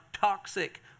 toxic